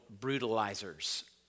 brutalizers